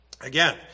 Again